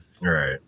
Right